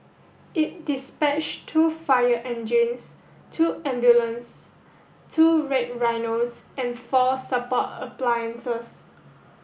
it dispatched two fire engines two ambulance two Red Rhinos and four support appliances